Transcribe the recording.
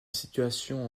situation